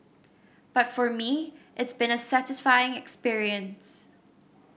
but for me it's been a satisfying experience